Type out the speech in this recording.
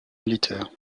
militaire